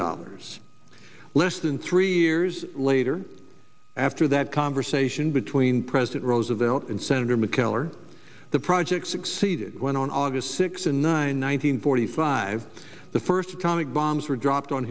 dollars less than three years later after that conversation between president roosevelt and senator mackellar the project succeeded went on august sixth and nine one hundred forty five the first atomic bombs were dropped on